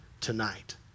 tonight